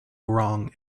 wrong